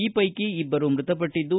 ಈ ವೈಕಿ ಇಬ್ಬರು ಮೃತಪಟ್ಟದ್ದು